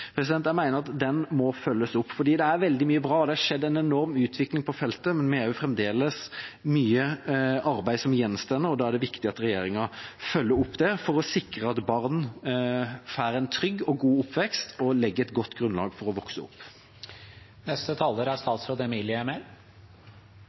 Jeg mener den må følges opp, for det er veldig mye bra. Det har skjedd en enorm utvikling på feltet, men det er fremdeles mye arbeid som gjenstår, og da er det viktig at regjeringa følger det opp for å sikre at barn får en trygg og god oppvekst, og for at det legges et godt grunnlag for deres oppvekst. Regjeringen ønsker å